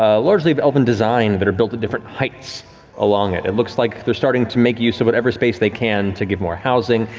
ah largely of elven design that are built at different heights along it. it looks like they're starting to make use of whatever space they can to give more housing.